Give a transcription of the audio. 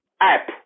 app